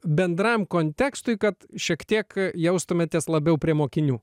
bendram kontekstui kad šiek tiek jaustumėtės labiau prie mokinių